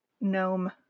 gnome